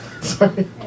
Sorry